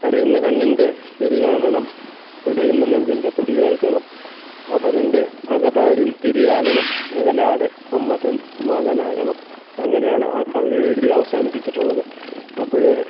കരയുന്ന കണ്ണിൻ്റെ എരി കാണണം പിടയുന്ന നെഞ്ചിൻ്റെ തുടി കേൾക്കണം അപരൻ്റെ അകതാരിൽ തിരിയാകണം അകലാതെ അമ്മതൻ മകനാകണം അങ്ങനെയാണ് ആ കവിത എഴുതി അവസാനിപ്പിച്ചിട്ടുള്ളത് അപ്പഴ്